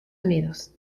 unidos